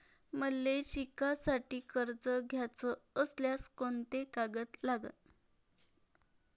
मले शिकासाठी कर्ज घ्याचं असल्यास कोंते कागद लागन?